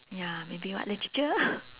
ya maybe what literature